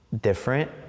different